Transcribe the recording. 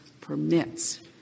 permits